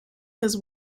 his